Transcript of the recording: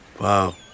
Wow